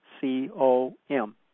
C-O-M